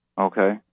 Okay